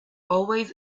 always